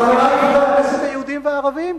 חברי חברי הכנסת היהודים והערבים?